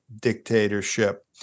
dictatorship